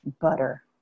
butter